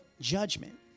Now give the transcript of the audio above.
judgment